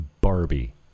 Barbie